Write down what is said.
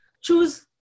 choose